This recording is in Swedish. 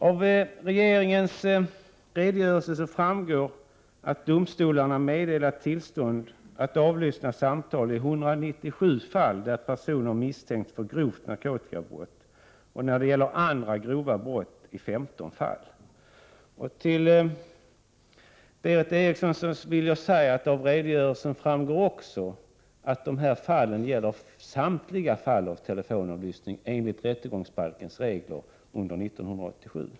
Av regeringens redogörelse framgår att domstolarna meddelat tillstånd att avlyssna samtal i 197 fall, där personer misstänkts för grovt narkotikabrott och i 15 fall där det gällt andra grova brott. Till Berith Eriksson vill jag säga att det av redogörelsen också framgår att de fall som redovisas är samtliga fall av telefonavlyssning enligt rättegångsbalken under 1987.